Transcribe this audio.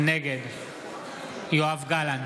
נגד יואב גלנט,